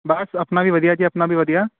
ਬਸ ਆਪਣਾ ਵੀ ਵਧੀਆ ਜੀ ਆਪਣਾ ਵੀ ਵਧੀਆ